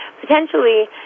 potentially